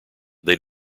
they